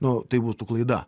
nu tai būtų klaida